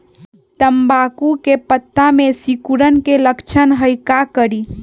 तम्बाकू के पत्ता में सिकुड़न के लक्षण हई का करी?